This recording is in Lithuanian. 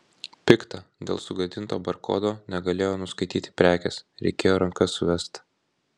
pikta dėl sugadinto barkodo negalėjo nuskaityti prekės reikėjo ranka suvest